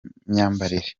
n’imyambarire